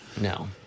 No